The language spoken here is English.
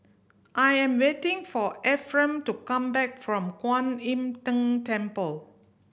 I am waiting for Efrem to come back from Kuan Im Tng Temple